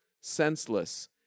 senseless